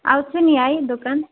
आउँछु नि है दोकान